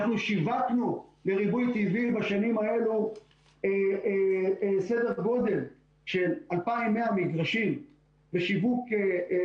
אנחנו שיווקנו לריבוי טבעי בשנים האלו סדר גודל של 2,100 מגרשים לזכאים,